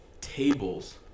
tables